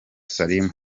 salim